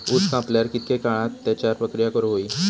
ऊस कापल्यार कितके काळात त्याच्यार प्रक्रिया करू होई?